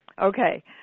Okay